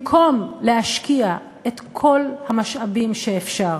במקום להשקיע את כל המשאבים שאפשר